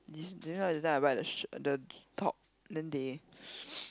it's do you know that time I buy the shirt the top then they